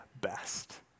best